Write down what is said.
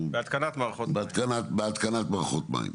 בהתקנת מערכות מים,